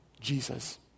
Jesus